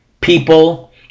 people